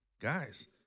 guys